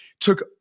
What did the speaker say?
took